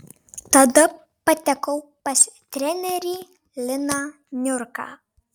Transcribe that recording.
tada patekau pas trenerį liną niurką